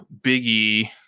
Biggie